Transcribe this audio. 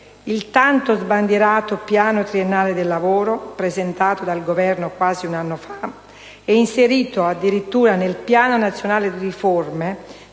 Il tanto sbandierato piano triennale del lavoro, presentato dal Governo quasi un anno fa ed inserito addirittura nel Piano nazionale di riforme